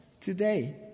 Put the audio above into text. today